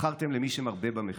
מכרתם למי שמרבה במחיר.